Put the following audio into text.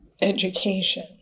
education